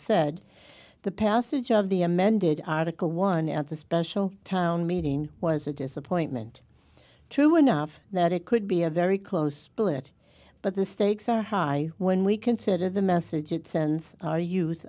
said the passage of the amended article one at the special town meeting was a disappointment true enough that it could be a very close bullet but the stakes are high when we consider the message i